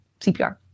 CPR